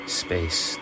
space